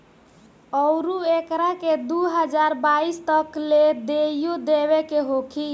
अउरु एकरा के दू हज़ार बाईस तक ले देइयो देवे के होखी